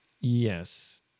Yes